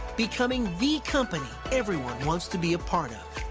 becoming the company everyone wants to be a part of.